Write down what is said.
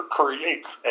creates